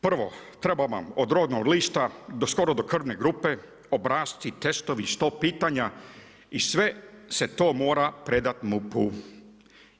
Prvo treba vam od rodnog lista skoro do krvne grupe, obrasci, testovi, sto pitanja i sve se to mora predat MUP-u.